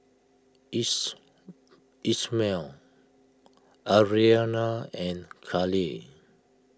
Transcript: is Ishmael Arianna and Callie